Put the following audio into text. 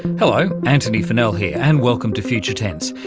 hello, antony funnell here, and welcome to future tense.